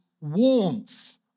warmth